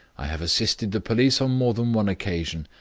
i have assisted the police on more than one occasion.